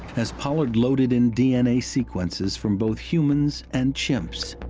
as pollard loaded in d n a. sequences from both humans and chimps.